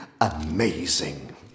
amazing